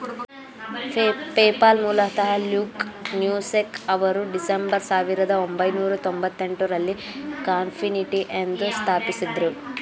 PayPal ಮೂಲತಃ Luke Nosek ಅವರು December ಸಾವಿರದ ಒಂಬೈನೂರ ತೊಂಭತ್ತೆಂಟು ರಲ್ಲಿ ಕಾನ್ಫಿನಿಟಿ ಎಂದು ಸ್ಥಾಪಿಸಿದ್ದ್ರು